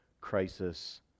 crisis